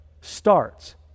starts